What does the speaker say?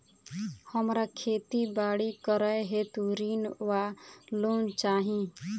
हमरा खेती बाड़ी करै हेतु ऋण वा लोन चाहि?